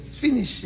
Finish